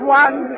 one